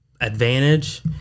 Advantage